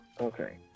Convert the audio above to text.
Okay